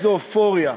איזו אופוריה.